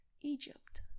Egypt